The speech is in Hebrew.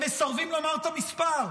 הם מסרבים לומר את המספר.